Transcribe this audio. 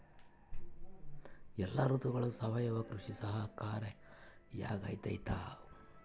ಎಲ್ಲ ಋತುಗಳಗ ಸಾವಯವ ಕೃಷಿ ಸಹಕಾರಿಯಾಗಿರ್ತೈತಾ?